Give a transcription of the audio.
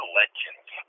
legends